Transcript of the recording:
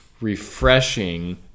refreshing